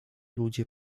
ludzie